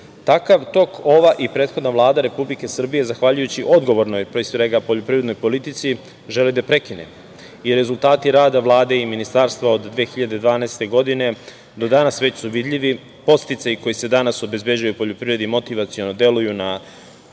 Takav tok ova i prethodna Vlada Republike Srbije, zahvaljujući odgovornoj pre svega poljoprivrednoj politici, želi da prekine i rezultati rada Vlade i ministarstva od 2012. godine do danas već su vidljivi. Podsticaji koji se danas obezbeđuju u poljoprivredi motivaciono deluju na